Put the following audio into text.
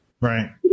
Right